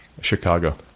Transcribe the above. Chicago